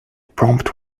prompt